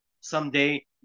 someday